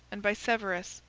and by severus,